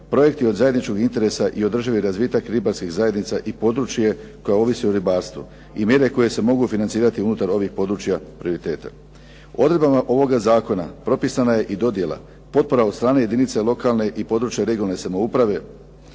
projekti od zajedničkog interesa i održivi razvitak ribarskih zajednica i područja koje ovisi o ribarstvu i mjere koje se mogu financirati unutar ovih područja prioriteta. Odredbama ovoga zakona propisana i dodjela, potpora od strane jedine lokalne, područne i regionalne samouprave.